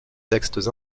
textes